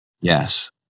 Yes